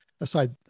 aside